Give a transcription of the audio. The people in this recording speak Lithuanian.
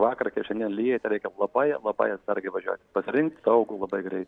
vakar šiandien lyja tai reikia labai labai atsargiai važiuot pasirinkt saugų labai greitį